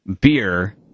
beer